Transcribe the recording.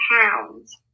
pounds